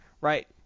Right